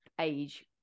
age